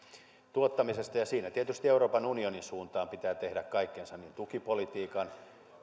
tuottamisesta siinä tietysti euroopan unionin suuntaan pitää tehdä kaikkensa tukipolitiikan